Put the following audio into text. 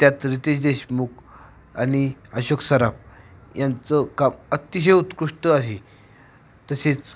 त्यात रितेश देशमुख आणि अशोक सराफ यांचं काम अतिशय उत्कृष्ट आहे तसेच